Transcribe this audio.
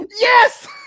Yes